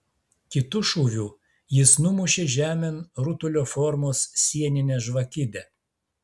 kitu šūviu jis numušė žemėn rutulio formos sieninę žvakidę